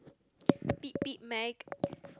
pit pit Mac